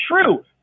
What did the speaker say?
true